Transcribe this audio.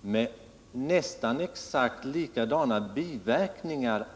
med nästan exakt likadana biverkningar.